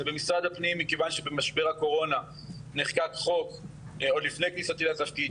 זה במשרד הפנים מכיוון שבמשבר הקורונה נחקק חוק עוד לפני כניסתי לתפקיד,